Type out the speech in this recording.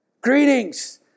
greetings